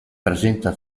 presenta